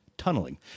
tunneling